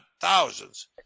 thousands